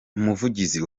umuvugizi